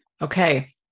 Okay